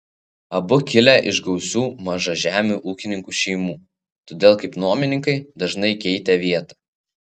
abu kilę iš gausių mažažemių ūkininkų šeimų todėl kaip nuomininkai dažnai keitė vietą